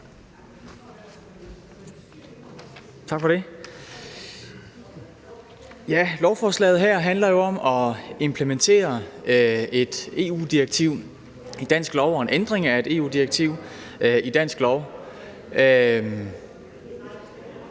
Tak for det. Lovforslaget her handler om at implementere en ændring af et EU-direktiv i dansk lov.